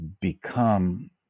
become